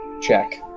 check